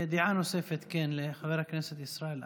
דעה נוספת, לחבר הכנסת ישראל אייכלר.